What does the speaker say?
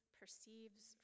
perceives